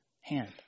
hand